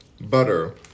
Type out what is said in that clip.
butter